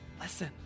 Listen